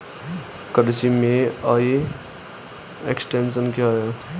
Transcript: कृषि में e extension क्या है?